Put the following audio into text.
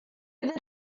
bydd